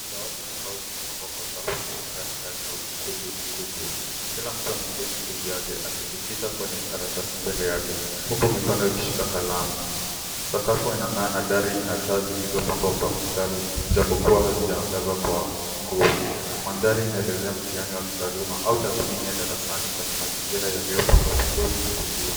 Dawati za mbao zimepangwa kwa safu na mistari ndani ya ukumbi mkubwa. Kila mtu ameketi kivyake akijikita kwenye karatasi mbele yake, huku mikono ikishika kalamu. Sakafu inang'aa na dari ina taa zilizopangwa kwa mstari, ijapokua hazijaangazwa kwa nguvu. Mandhari inaelezea mtihani wa kitaaluma au tathmini ya darasani kwenye mazingira yaliyopangwa vizuri na tulivu.